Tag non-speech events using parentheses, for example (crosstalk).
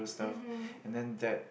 mmhmm (breath)